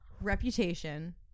Reputation